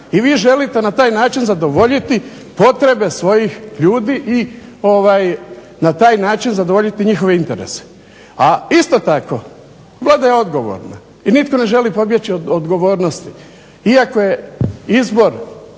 i vi želite na taj način zadovoljiti potrebe svojih ljudi i na taj način zadovoljiti njihove interese. A isto tako Vlada je odgovorna i nitko ne želi pobjeći od odgovornosti i kako je izbor